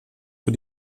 für